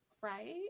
Right